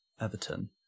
Everton